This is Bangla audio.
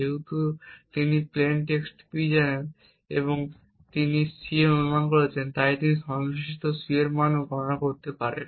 যেহেতু তিনি প্লেন টেক্সট P জানেন এবং তিনি C অনুমান করেছেন তাই তিনি সংশ্লিষ্ট C মানও গণনা করতে পারেন